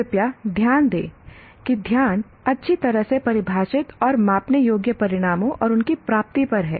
कृपया ध्यान दें कि ध्यान अच्छी तरह से परिभाषित और मापने योग्य परिणामों और उनकी प्राप्ति पर है